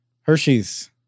Hershey's